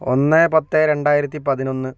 ഒന്ന് പത്ത് രണ്ടായിരത്തി പതിനൊന്ന്